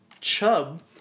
chub